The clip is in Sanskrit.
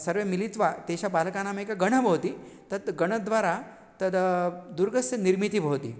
सर्वे मिलित्वा तेषां बालकानाम् एकः गणः भवति तत् गणद्वारा तत् दुर्गस्य निर्मितिः भवति